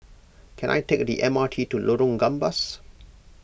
can I take the M R T to Lorong Gambas